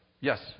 yes